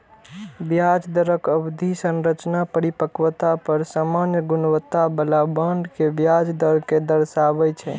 ब्याज दरक अवधि संरचना परिपक्वता पर सामान्य गुणवत्ता बला बांड के ब्याज दर कें दर्शाबै छै